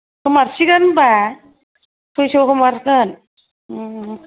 होमारसिगोन होमबा सयस' होमारगोन